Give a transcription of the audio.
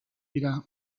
dira